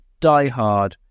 diehard